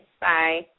Bye